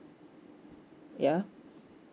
yeah